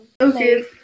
Okay